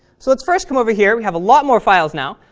so let's first come over here. we have a lot more files now.